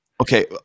Okay